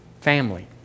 family